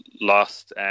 lost